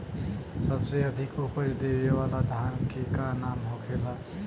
सबसे अधिक उपज देवे वाला धान के का नाम होखे ला?